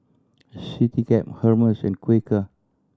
Citycab Hermes and Quaker